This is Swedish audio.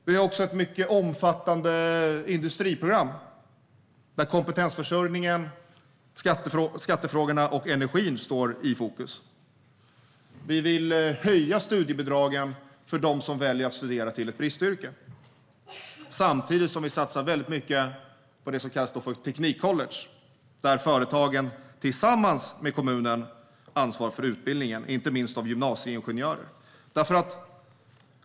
Vi har också ett mycket omfattande industriprogram, där kompetensförsörjningen, skattefrågorna och energin står i fokus. Vi vill höja studiebidragen för dem som väljer att studera till ett bristyrke, samtidigt som vi satsar väldigt mycket på det som kallas för teknikcollege, där företagen tillsammans med kommunen ansvarar för utbildningen inte minst av gymnasieingenjörer.